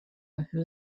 who